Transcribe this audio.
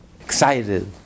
excited